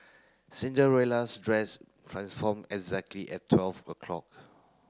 Cinderella's dress transformed exactly at twelve o'clock